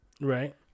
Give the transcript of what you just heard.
right